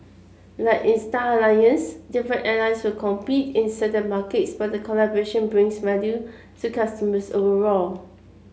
like in Star Alliance different airlines will compete in certain markets but the collaboration brings value to customers overall